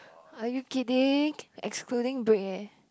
are you kidding excluding break eh